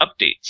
updates